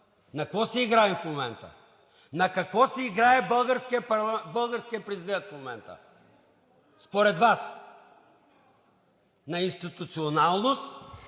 На какво си играем в момента? На какво си играе българският президент в момента – на институционалност